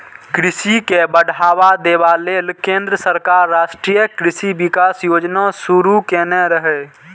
कृषि के बढ़ावा देबा लेल केंद्र सरकार राष्ट्रीय कृषि विकास योजना शुरू केने रहै